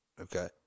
Okay